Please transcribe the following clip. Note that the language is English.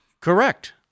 correct